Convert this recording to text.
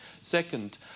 Second